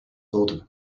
thought